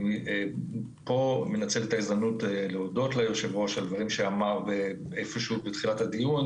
אני מנצל כאן את ההזדמנות להודות ליושב-ראש על דברים שאמר בתחילת הדיון,